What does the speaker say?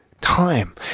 time